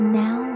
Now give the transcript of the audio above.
now